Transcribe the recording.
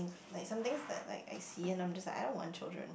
like somethings that like I see and I'm just like I don't want children